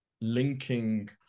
linking